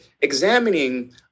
examining